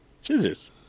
Scissors